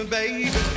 baby